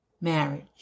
marriage